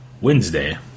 Wednesday